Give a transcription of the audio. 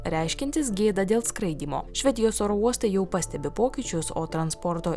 reiškiantis gėdą dėl skraidymo švedijos oro uostai jau pastebi pokyčius o transporto